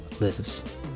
lives